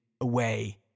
away